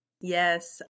Yes